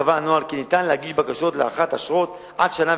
קבוע בנוהל כי ניתן להגיש בקשות להארכת האשרות עד שנה,